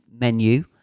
menu